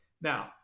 Now